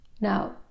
Now